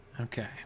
Okay